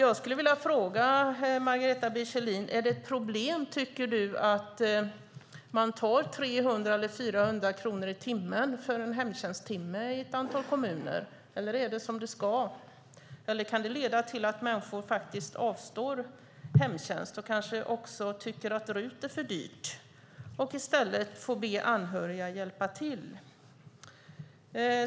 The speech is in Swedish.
Jag vill fråga Margareta B Kjellin: Är det ett problem att man tar 300 eller 400 kronor i timmen för en hemtjänsttimme i ett antal kommuner, eller är det som det ska? Kan det leda till att människor avstår hemtjänst och kanske också tycker att RUT-tjänster är för dyrt och i stället får be anhöriga att hjälpa till?